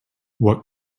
what